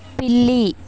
పిల్లి